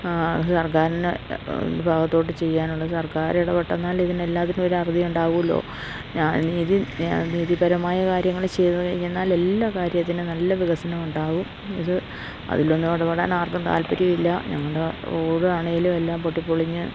സർക്കാരിന് ഭാഗത്തോട്ട് ചെയ്യാനുള്ള സർക്കാര് ഇടപെട്ടെന്നാൽ ഇതിനെല്ലാത്തിനും ഒരു അറുതി ഉണ്ടാകുമല്ലോ ഞാൻ നീതി നീതിപരമായ കാര്യങ്ങള് ചെയ്ത് കഴിഞ്ഞെന്നാൽ എല്ലാ കാര്യത്തിന് നല്ല വികസനം ഉണ്ടാകും ഇത് അതിലൊന്നും ഇടപെടാൻ ആർക്കും താല്പര്യമില്ല ഞങ്ങളുടെ റോഡാണെലും എല്ലാം പൊട്ടി പൊളിഞ്ഞ്